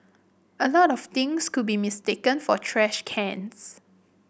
a lot of things could be mistaken for trash cans